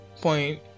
point